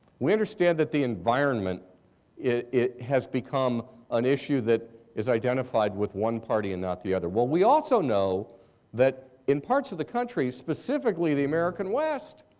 we understand that the environment has become an issue that is identified with one party and not the other. well, we also know that in parts of the country, specifically the american west,